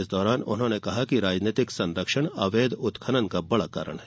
इस दौरान उन्होंने कहा कि राजनीतिक संरक्षक अवैध उत्खनन का बड़ा कारण है